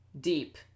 Deep